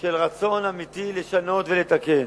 של רצון אמיתי לשנות ולתקן.